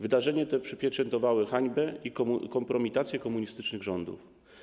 Wydarzenie to przypieczętowało hańbę i kompromitację komunistycznych rządów.